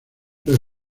los